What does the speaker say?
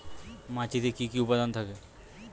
মাটিতে কি কি উপাদান থাকে?